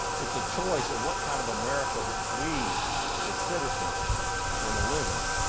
it's a choice of what kind of america that we as citizens want to live in.